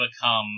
become